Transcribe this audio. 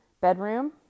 bedroom